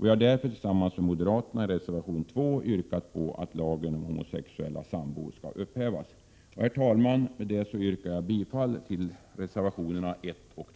Vi har därför tillsammans med moderaterna i reservation nr 2 yrkat på att lagen om homosexuella sambor skall upphävas. Herr talman! Med detta yrkar jag bifall till reservationerna 1 och 2.